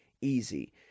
easy